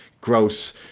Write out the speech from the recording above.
gross